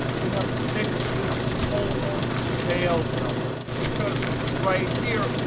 we have to fix the total sales number, because right here,